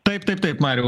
taip taip taip mariau